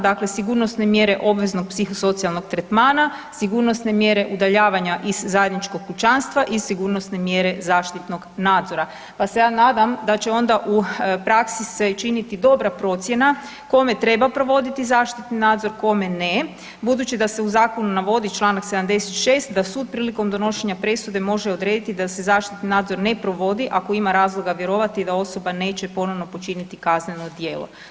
Dakle, sigurnosne mjere obveznog psihosocijalnog tretmana, sigurnosne mjere udaljavanja iz zajedničkog kućanstva i sigurnosne mjere zaštitnog nadzora pa se ja nadam da će onda u praksi se činiti dobra procjena kome treba provoditi zaštiti nadzor kome ne, budući da se u zakonu navodi Članak 76. da sud prilikom donošenja presude može odrediti da se zaštitni nadzor ne provodi ako ima razloga vjerovati da osoba neće ponovo počiniti kazneno djelo.